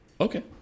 okay